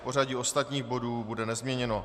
Pořadí ostatních bodů bude nezměněno.